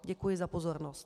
Děkuji za pozornost.